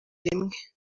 rimwe